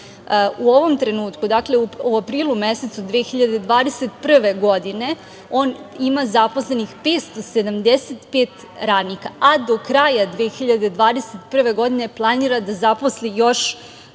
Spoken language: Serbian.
U ovom trenutku, dakle u aprilu mesecu 2021. godine on ima zaposlenih 575 radnika. Do kraja 2021. godine planira da zaposli još